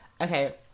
Okay